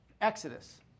Exodus